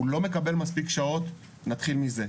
הוא לא מקבל מספיק שעות, נתחיל מזה.